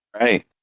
Right